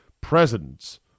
presidents